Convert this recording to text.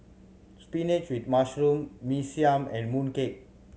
spinach with mushroom Mee Siam and mooncake